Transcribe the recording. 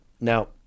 Now